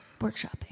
workshopping